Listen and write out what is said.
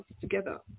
together